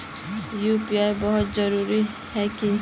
UPI बहुत जरूरी है की?